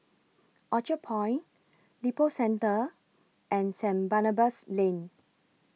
Orchard Point Lippo Centre and Saint Barnabas Lane